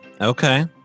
Okay